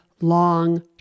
long